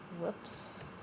whoops